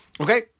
Okay